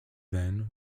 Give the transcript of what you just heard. then